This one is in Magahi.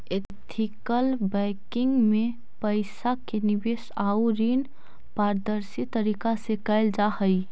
एथिकल बैंकिंग में पइसा के निवेश आउ ऋण पारदर्शी तरीका से कैल जा हइ